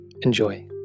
Enjoy